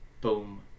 boom